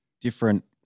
different